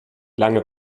lange